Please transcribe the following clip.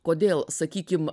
kodėl sakykim